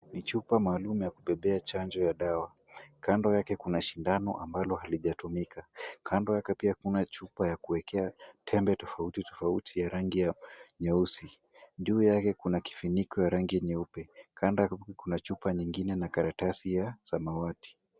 Ni chupa maalum ya kubebea chanjo ya dawa. Kando yake kuna shindano ambalo halijatumika. Kando yake pia kuna chupa ya kuwekea tembe tofauti tofauti ya rangi ya nyeusi. Juu yake kuna kifuniko ya rangi nyeupe. Kando yake kuna chupa nyingine na karatasi ya samawati.